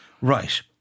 Right